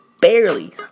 Barely